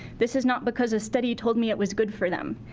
this is not because a study told me it was good for them.